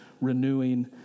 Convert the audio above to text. renewing